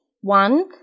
One